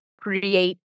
create